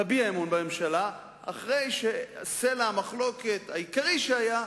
תביע אמון בממשלה אחרי שסלע המחלוקת העיקרי שהיה,